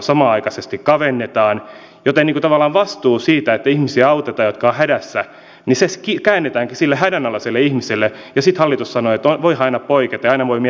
samanaikaisesti kavennetaan oikeusapua joten tavallaan vastuu siitä että ihmisiä jotka ovat hädässä autetaan käännetäänkin sille hädänalaiselle ihmiselle ja sitten hallitus sanoo että voihan aina poiketa ja aina voi miettiä lasten etua